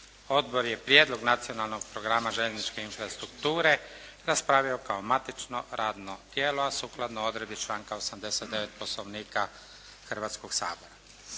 Odbor je prijedlog nacionalnog programa željezničke infrastrukture raspravio kao matično radno tijelo, a sukladno odredbi članka 89. Poslovnika Hrvatskog sabora.